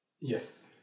Yes